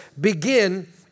begin